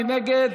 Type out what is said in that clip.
מי נגד?